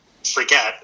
forget